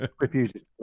refuses